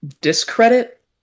discredit